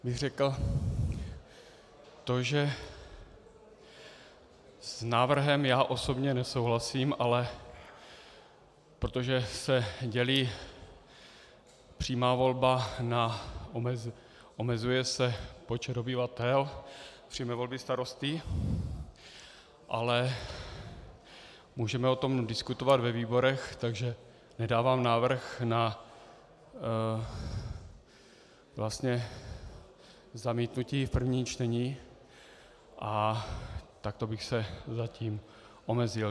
bych řekl to, že s návrhem já osobně nesouhlasím, ale protože se dělí přímá volba na..., omezuje se počet obyvatel přímé volby starosty, ale můžeme o tom diskutovat ve výborech, takže nedávám návrh na zamítnutí v prvním čtení, a takto bych se zatím omezil.